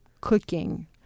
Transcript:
cooking